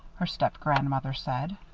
her stepgrandmother said.